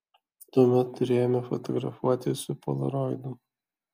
tuomet turėjome fotografuoti su polaroidu